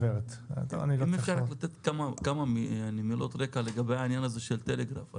אם אפשר לתת כמה מילות רקע לגבי העניין הזה של טלגרף.